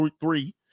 three